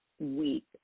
week